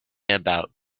about